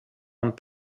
amb